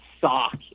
sock